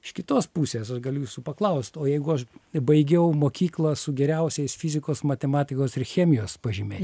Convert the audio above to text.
iš kitos pusės aš galiu jūsų paklaust o jeigu aš baigiau mokyklą su geriausiais fizikos matematikos ir chemijos pažymiai